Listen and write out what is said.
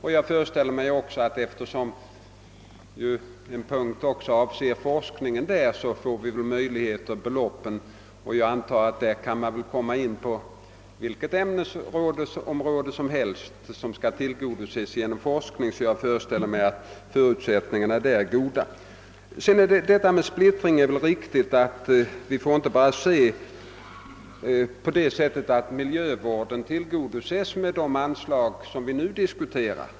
Eftersom en punkt avser forskningen får vi också tillfälle då att resonera om beloppen, och jag antar att vi i den debatten kan ta upp vilket ämnesområde som helst som skall tillgodoses genom forskning. Förutsättningarna för en fortsatt debatt är goda. Vad splittringen beträffar är det riktigt att vi inte bara tillgodoser miljövården med de anslag vi nu diskuterar.